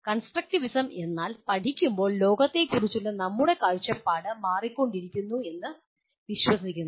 constructivism എന്നാൽ പഠിക്കുമ്പോൾ ലോകത്തെക്കുറിച്ചുള്ള നമ്മുടെ കാഴ്ചപ്പാട് മാറിക്കൊണ്ടിരിക്കുന്നു എന്ന് വിശ്വസിക്കുന്നു